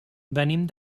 venim